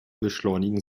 beschleunigen